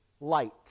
light